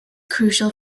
crucial